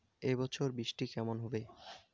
এবছর বৃষ্টি কেমন হবে?